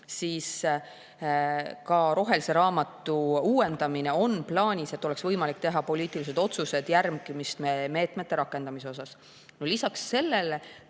siis on rohelise raamatu uuendamine plaanis, et oleks võimalik teha poliitilised otsused järgmiste meetmete rakendamise kohta. Lisaks sellele